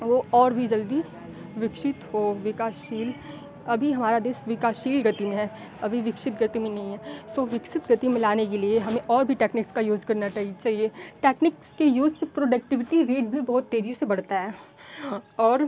वो और भी जल्दी विकसित हो विकासशील अभी हमारा देश विकासशील गति में है अभी विकसित गति में नहीं है सो विकसित गति में लाने के लिए हमें और भी टेक्नीक्स का यूज़ करना चाहिए टेक्नीक्स के यूज़ से प्रोडक्टिविटी रेट भी बहुत तेजी से बढ़ता है और